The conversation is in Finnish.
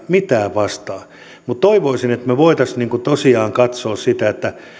mitään mutta toivoisin että me voisimme tosiaan katsoa sitä että